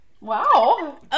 wow